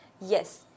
Yes